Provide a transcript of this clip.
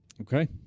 Okay